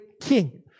king